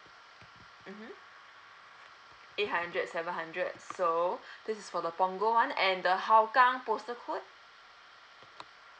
(uh huh) eight hundred seven hundred so this is for the punggol one and the hougang postal code